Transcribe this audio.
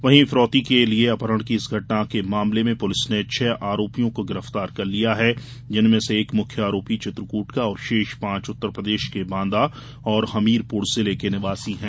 वहीं फिरौती के लिए अपहरण की इस घटना के मामले में पुलिस ने छह आरोपियों को गिरफ्तार कर लिया है जिनमें से एक मुख्य आरोपी चित्रकृट का और शेष पांच उत्तरप्रदेश के बांदा तथा हमीरपुर जिले के निवासी हैं